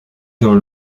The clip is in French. dans